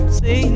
say